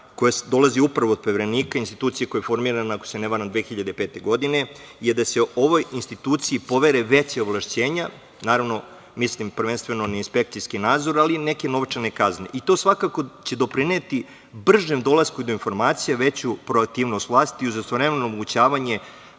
koja dolazi upravo od Poverenika, institucije koja je formirana, ako se ne varam, 2005. godine, je da se ovoj instituciji povere veća ovlašćenja, naravno mislim prvenstveno na inspekcijski nadzor, ali i neke novčane kazne. Svakako će to doprineti bržem dolasku do informacija, veću proaktivnost vlasti, uz istovremeno omogućavanje